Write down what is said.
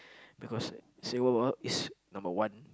because Singapore is number one